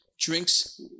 drinks